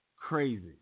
Crazy